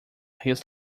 his